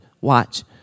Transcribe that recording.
watch